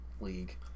league